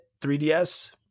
3ds